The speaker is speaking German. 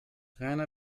rainer